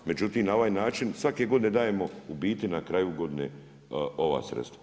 Međutim, na ovaj način svake godine dajemo u biti na kraju godine ova sredstva.